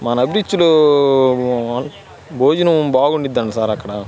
మన అభిరుచితో భోజనం బాగుండింది సార్ అక్కడ